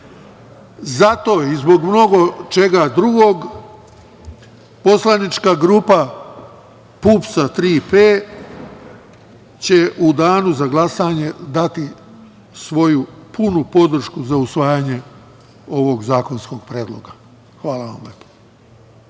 i zbog mnogo čega drugog poslanička grupa PUPS „Tri P“ će u Danu za glasanje dati svoju punu podršku za usvajanje ovog zakonskog predloga. Hvala lepo.